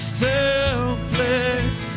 selfless